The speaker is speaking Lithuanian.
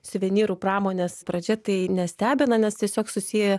suvenyrų pramonės pradžia tai nestebina nes tiesiog susiję